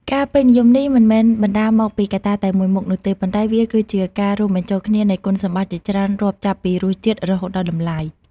ការពេញនិយមនេះមិនមែនបណ្ដាលមកពីកត្តាតែមួយមុខនោះទេ ប៉ុន្តែវាគឺជាការរួមបញ្ចូលគ្នានៃគុណសម្បត្តិជាច្រើន រាប់ចាប់ពីរសជាតិ រហូតដល់តម្លៃ ។